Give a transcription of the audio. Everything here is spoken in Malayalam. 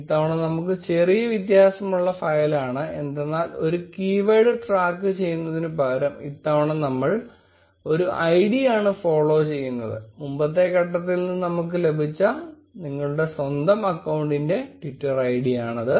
ഇത്തവണ നമുക്ക് ചെറിയ വ്യത്യാസമുള്ള ഫയൽ ആണ് എന്തെന്നാൽ ഒരു കീവേഡ് ട്രാക്ക് ചെയ്യുന്നതിന് പകരം ഇത്തവണ നമ്മൾ ഒരു id ആണ് ഫോളോ ചെയ്യുന്നത് മുമ്പത്തെ ഘട്ടത്തിൽ നിന്ന് നമുക്ക് ലഭിച്ച നിങ്ങളുടെ സ്വന്തം അക്കൌണ്ടിന്റെ ട്വിറ്റർ ഐഡിയാണിത്